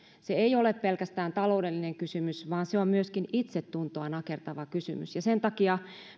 se ei ole pelkästään taloudellinen kysymys vaan se on myöskin itsetuntoa nakertava kysymys ja sen takia